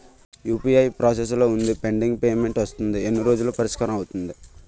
UPI process లో వుందిపెండింగ్ payment వస్తుంది ఎన్ని రోజుల్లో పరిష్కారం అవుతుంది